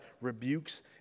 rebukes